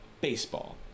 baseball